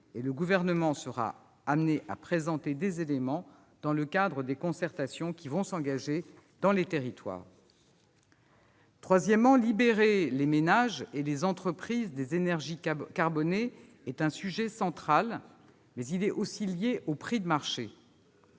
le Gouvernement sera conduit à présenter des éléments de réponse dans le cadre des concertations qui vont s'engager dans les territoires. Troisièmement, libérer les ménages et les entreprises des énergies carbonées est un sujet central, mais il est aussi lié aux prix de marché.